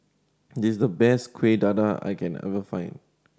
this is the best Kuih Dadar I can ever find